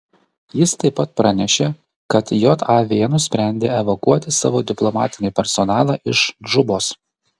jis taip pat pranešė kad jav nusprendė evakuoti savo diplomatinį personalą iš džubos